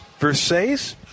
Versace